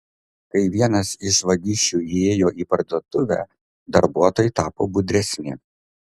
kai vienas iš vagišių įėjo į parduotuvę darbuotojai tapo budresni